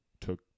took